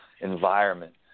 environment